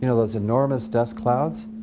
you know those enormous dust clouds?